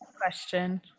question